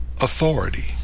authority